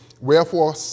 wherefore